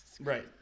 Right